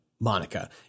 monica